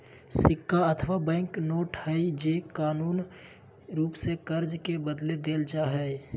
सिक्का अथवा bank note हइ जे कानूनी रूप से कर्ज के बदले देल जा हइ